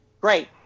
great